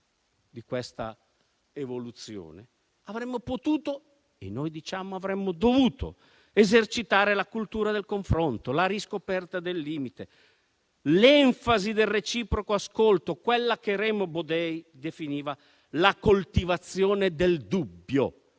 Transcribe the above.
di questa evoluzione, noi avremmo potuto - e diciamo dovuto - esercitare la cultura del confronto, la riscoperta del limite e l'enfasi del reciproco ascolto, quella che Remo Bodei definiva la coltivazione del dubbio.